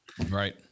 Right